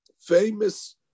Famous